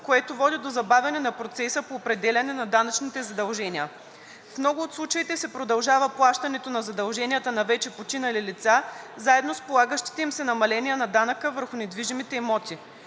което води до забавяне на процеса по определяне на данъчните задължения. В много от случаите се продължава плащането на задълженията на вече починали лица заедно с полагащите им се намаления на данъка върху недвижимите имоти.